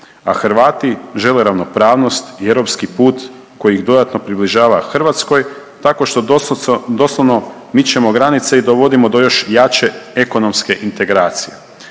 A Hrvati žele ravnopravnost i europski put koji ih dodatno približava Hrvatskoj tako što doslovno mičemo granice i dovodimo do još jače ekonomske integracije.